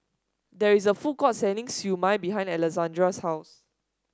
there is a food court selling Siew Mai behind Alessandra's house